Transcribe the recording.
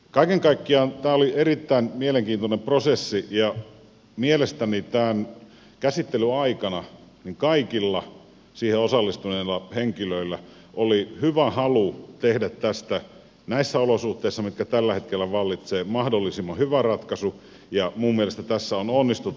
kaiken kaikkiaan tämä oli erittäin mielenkiintoinen prosessi ja mielestäni tämän käsittelyn aikana kaikilla siihen osallistuneilla henkilöillä oli hyvä halu tehdä tästä näissä olosuhteissa mitkä tällä hetkellä vallitsevat mahdollisimman hyvä ratkaisu ja minun mielestäni tässä on onnistuttu